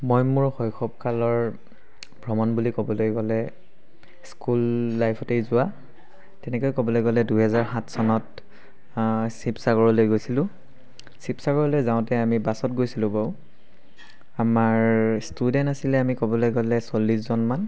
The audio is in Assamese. মই মোৰ শৈশৱকালৰ ভ্ৰমণ বুলি ক'বলৈ গ'লে স্কুল লাইফতেই যোৱা তেনেকৈ ক'বলৈ গ'লে দুহেজাৰ সাত চনত শিৱসাগৰলৈ গৈছিলোঁ শিৱসাগৰলৈ যাওঁতে আমি বাছত গৈছিলোঁ বাৰু আমাৰ ষ্টুডেণ্ট আছিলে আমি ক'বলৈ গ'লে চল্লিছজনমান